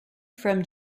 from